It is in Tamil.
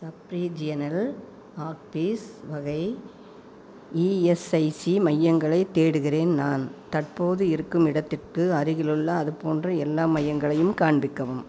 சப்ரீஜியனல் ஆபீஸ் வகை இஎஸ்ஐசி மையங்களைத் தேடுகிறேன் நான் தற்போது இருக்கும் இடத்திற்கு அருகிலுள்ள அது போன்ற எல்லா மையங்களையும் காண்பிக்கவும்